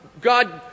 God